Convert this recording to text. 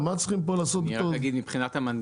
אני רק אגיד מבחינת המנגנון,